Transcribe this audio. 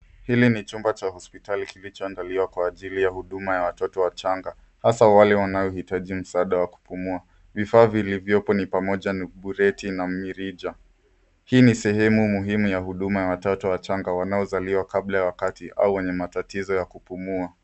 Hili ni chumba cha hospitali kilichoandaliwa kwa ajili ya huduma ya watoto wachanga hasa wale wanaohitaji msaada wa kupumua. Vifaa vilivyopo ni pamoja na bureti na mirija. Hii ni sehemu muhimu ya huduma ya watoto wachanga wanaozaliwa kabla ya wakati au wenye matatizo ya kupumua.